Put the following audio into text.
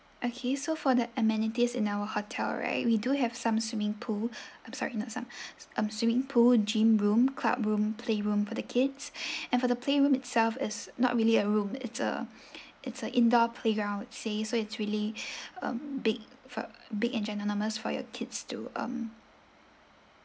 okay so for the amenities in our hotel right we do have some swimming pool I'm sorry not some um swimming pool gym room club room playroom for the kids and for the playroom itself is not really a room it's a it's a indoor playground I would say so it's really um big for big enjoy enormous for your kids to um